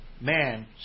man